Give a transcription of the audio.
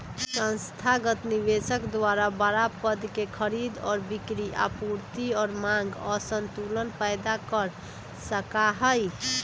संस्थागत निवेशक द्वारा बडड़ा पद के खरीद और बिक्री आपूर्ति और मांग असंतुलन पैदा कर सका हई